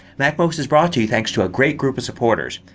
macmost is brought to you thanks to a great group of supporters.